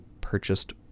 purchased